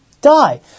die